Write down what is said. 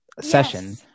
session